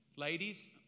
Ladies